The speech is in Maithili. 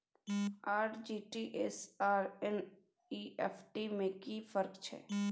आर.टी.जी एस आर एन.ई.एफ.टी में कि फर्क छै?